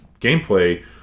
gameplay